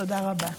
תודה רבה.